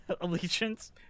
Allegiance